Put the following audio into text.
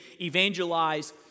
evangelize